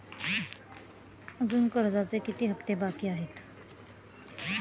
अजुन कर्जाचे किती हप्ते बाकी आहेत?